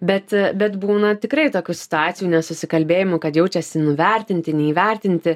bet bet būna tikrai tokių situacijų nesusikalbėjimų kad jaučiasi nuvertinti neįvertinti